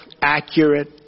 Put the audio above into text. accurate